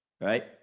right